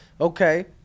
Okay